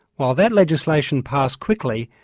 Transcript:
while that legislation passed quickly,